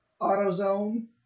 Auto-zone